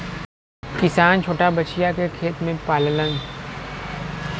किसान छोटा बछिया के खेत में पाललन